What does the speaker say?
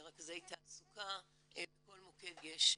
רכזי תעסוקה, בכל מוקד יש מזכירה.